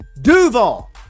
Duval